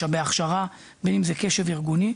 משאבי הכשרה או קשב ארגוני,